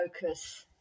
focus